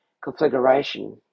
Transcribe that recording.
configuration